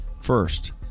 First